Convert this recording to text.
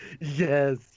Yes